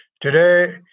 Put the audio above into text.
Today